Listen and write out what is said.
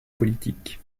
politique